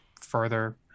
further